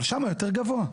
אבל שמה יותר גבוה,